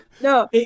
no